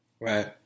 Right